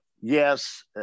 Yes